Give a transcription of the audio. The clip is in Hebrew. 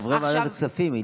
חברי ועדת הכספים,